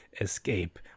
escape